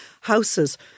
houses